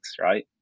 right